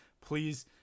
please